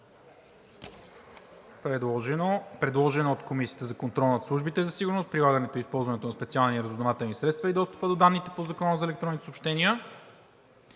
предложен от Комисията за контрол над службите за сигурност, прилагането и използването на специални разузнавателни средства и достъпа до данните по Закона за електронните съобщения,